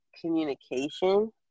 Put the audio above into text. communication